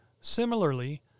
similarly